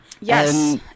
Yes